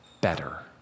better